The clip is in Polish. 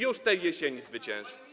Już tej jesieni zwycięży.